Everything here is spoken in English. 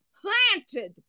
planted